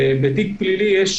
בתיק פלילי יש